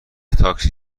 تاکسی